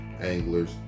anglers